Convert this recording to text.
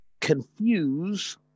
confuse